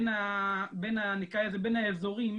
נקרא לזה בין האזורים,